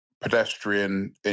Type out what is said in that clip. pedestrian